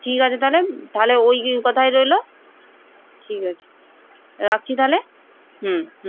ঠিক আছে তাহলে তাহলে ওই কথাই রইল ঠিক আছে রাখছি তালে হুম হুম